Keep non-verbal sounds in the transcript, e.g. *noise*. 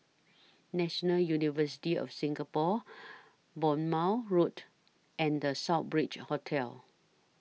National University of Singapore *noise* Bournemouth Road and The Southbridge Hotel